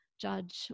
judge